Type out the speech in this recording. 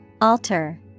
Alter